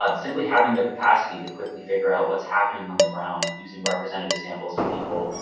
um simply having the capacity to quickly figure out what's happening on the ground, using representative samples of people,